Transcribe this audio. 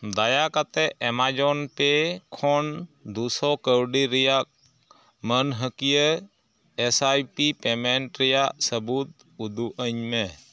ᱫᱟᱭᱟ ᱠᱟᱛᱮᱫ Amazon pay ᱠᱷᱚᱱ ᱫᱩᱥᱚ ᱠᱟᱹᱣᱰᱤ ᱨᱮᱭᱟᱜ ᱢᱟᱹᱱᱦᱟᱹᱠᱤᱭᱟᱹ ᱮᱥ ᱟᱭ ᱯᱤ ᱯᱮᱢᱮᱱᱴ ᱨᱮᱭᱟᱜ ᱥᱟᱹᱵᱩᱫᱽ ᱩᱫᱩᱜ ᱟᱹᱧᱢᱮ